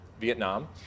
Vietnam